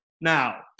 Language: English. Now